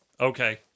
okay